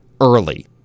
early